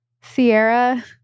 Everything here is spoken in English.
Sierra